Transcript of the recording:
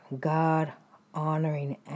God-honoring